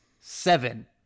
Seven